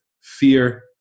fear